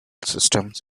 systems